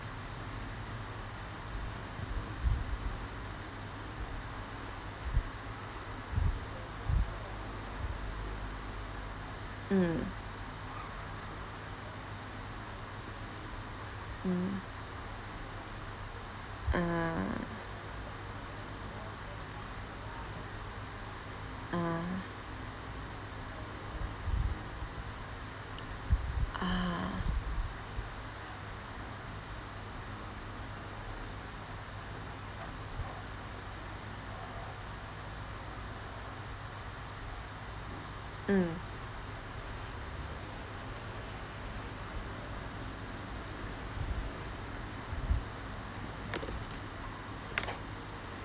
mm mm uh uh ah mm